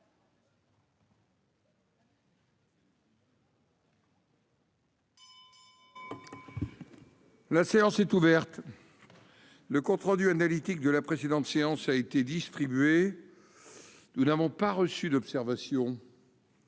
La séance est ouverte. Le compte rendu analytique de la précédente séance a été distribué. Il n'y a pas d'observation